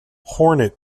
hornet